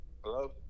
Hello